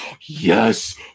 yes